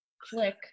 Click